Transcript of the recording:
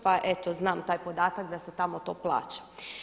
Pa eto znam taj podatak da se tamo to plaća.